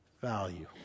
value